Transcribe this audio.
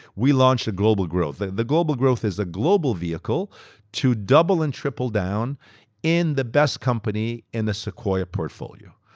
we launched a global growth. the the global growth is a global vehicle to double and triple down in the best company in the sequoia portfolio.